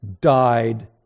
died